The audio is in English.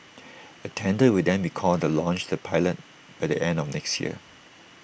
A tender will then be called to launch the pilot by the end of next year